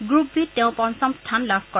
group B ত তেওঁ পঞ্চম স্থান লাভ কৰে